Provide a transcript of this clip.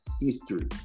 history